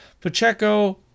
Pacheco